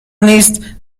نیست